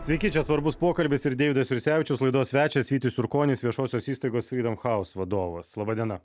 sveiki čia svarbus pokalbis ir deividas jursevičius laidos svečias vytis jurkonis viešosios įstaigos freedom house vadovas laba diena